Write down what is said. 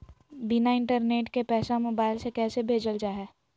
बिना इंटरनेट के पैसा मोबाइल से कैसे भेजल जा है?